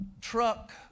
truck